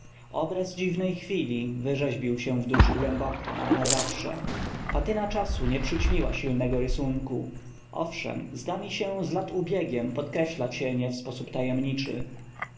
obraz dziwnej chwili wyrzeźbił się w duszy głęboko na z a w sz e p aty n a czasu nie przyćm iła silnego rysunku owszem zda mi się z lat ubiegiem podkreśla cienie w sposób tajemniczy